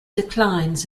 declines